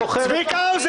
זוכר את --- צביקה האוזר,